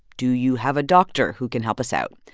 do you have a doctor who can help us out?